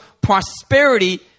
prosperity